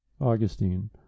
Augustine